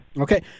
Okay